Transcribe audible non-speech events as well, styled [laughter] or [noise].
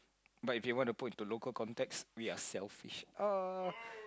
but if you want to put into local context we are selfish [noise]